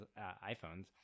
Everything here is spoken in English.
iPhones